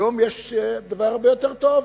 היום יש דבר הרבה יותר טוב,